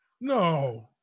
no